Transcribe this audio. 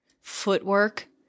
footwork